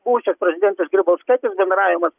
buvusios prezidentės grybauskaitės bendravimas